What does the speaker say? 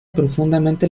profundamente